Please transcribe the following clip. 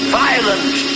violent